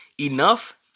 Enough